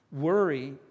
Worry